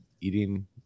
eating